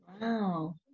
Wow